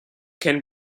can